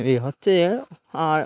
এ হচ্ছে আর